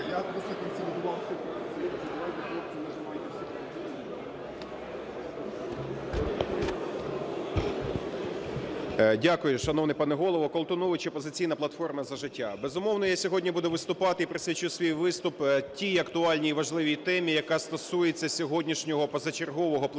Дякую, шановний пане Голово. Колтунович, "Опозиційна платформа – За життя". Безумовно, я сьогодні буду виступати і присвячу свій виступ тій актуальній, важливій темі, яка стосується сьогоднішнього позачергового пленарного